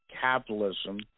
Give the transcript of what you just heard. Capitalism